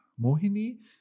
Mohini